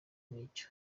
nk’icyo